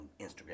instagram